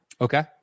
Okay